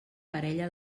parella